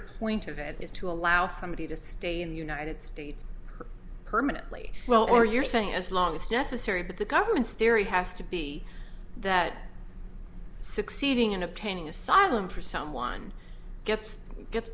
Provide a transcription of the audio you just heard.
point of it is to allow somebody to stay in the united states permanently well or you're saying as long as necessary but the government's theory has to be that succeeding in obtaining asylum for someone gets gets